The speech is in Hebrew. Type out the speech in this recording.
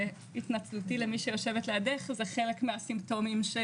התנצלותי למי שיושבת לידך זה חלק מסימפטומים של